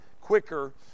quicker